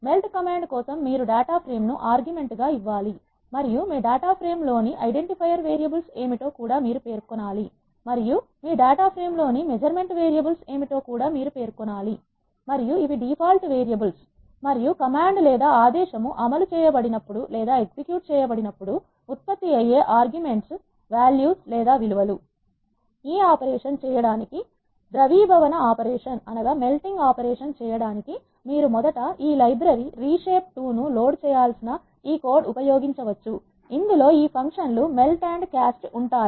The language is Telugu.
మెల్ట్ కమాండ్ కోసం మీరు డేటా ఫ్రేమ్ ను ఆర్గ్యుమెంట్ గా ఇవ్వాలి మరియు మీ డేటా ప్రేమ్ లోని ఐడెంటిఫైయర్ వేరియబుల్స్ ఏమిటో మీరు పేర్కొనాలి మరియు మీ డేటా ప్రేమ్ లోని మెజర్మెంట్ వేరియబుల్స్ ఏమిటో కూడా మీరు పేర్కొనాలి మరియు ఇవి డిఫాల్ట్ వేరియబుల్స్ మరియు కమాండ్ లేదా ఆదేశాలు అమలు చేయబడి నప్పుడు లేదా ఎగ్జిక్యూట్ చేయబడినప్పుడు ఉత్పత్తి అయ్యే ఆర్గ్యుమెంట్ వాల్యూస్ లేదా విలువ లు ఈ ఆపరేషన్ చేయడానికి ద్రవీభవన ఆపరేషన్ చేయడానికి మీరు మొదట ఈ లైబ్రరీ reshape 2 ను లోడ్ చేయాల్సిన ఈ కోడ్ ఉపయోగించవచ్చు ఇందులో ఈ ఫంక్షన్ లు మెల్ట్ మరియు క్యాస్ట్ ఉంటాయి